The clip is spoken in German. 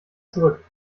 zurück